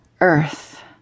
Earth